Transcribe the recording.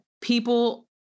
people